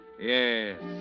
Yes